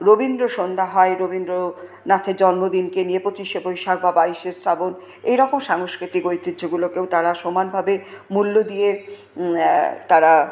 রবীন্দ্রসন্ধ্যা হয় রবীন্দ্রনাথের জন্মদিনকে নিয়ে পঁচিশে বৈশাখ বা বাইশে শ্রাবণ এইরকম সাংস্কৃতিক ঐতিহ্যগুলোকেও তারা সমানভাবে মূল্য দিয়ে তারা